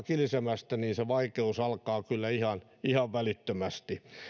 kilisemästä niin se vaikeus alkaa kyllä ihan ihan välittömästi